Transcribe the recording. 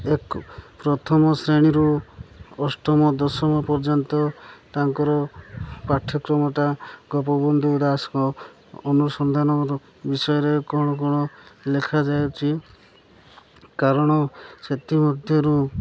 ଏକ ପ୍ରଥମ ଶ୍ରେଣୀରୁ ଅଷ୍ଟମ ଦଶମ ପର୍ଯ୍ୟନ୍ତ ତାଙ୍କର ପାଠ୍ୟକ୍ରମଟା ଗୋପବନ୍ଧୁ ଦାସଙ୍କ ଅନୁସନ୍ଧାନ ବିଷୟରେ କ'ଣ କ'ଣ ଲେଖାଯାଇଛି କାରଣ ସେଥି ମଧ୍ୟରୁ